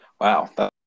Wow